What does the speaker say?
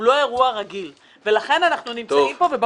הוא לא אירוע רגיל ולכן אנחנו נמצאים פה.